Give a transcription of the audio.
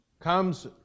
comes